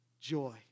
joy